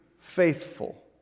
faithful